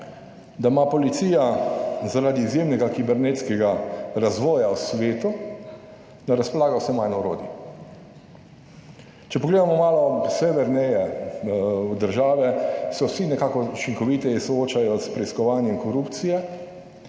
da ima policija zaradi izjemnega kibernetskega razvoja v svetu, da razpolaga vse manj orodij. Če pogledamo malo severneje v države se vsi nekako učinkoviteje soočajo s preiskovanjem korupcije,